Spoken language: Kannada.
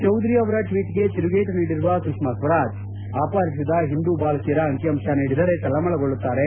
ಚೌದರಿ ಅವರ ಟ್ನೀಟ್ಗೆ ತಿರುಗೇಟು ನೀಡಿರುವ ಸುಷ್ನಾ ಸ್ವರಾಜ್ ಅಪಹರಿಸಿದ ಹಿಂದೂ ಬಾಲಕಿಯರ ಅಂಕಿ ಅಂಶ ನೀಡಿದರೆ ತಳಮಳಗೊಳ್ಳುತ್ತಾರೆ